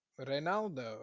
Ronaldo